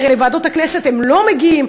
כי הרי לוועדות הכנסת הם לא מגיעים.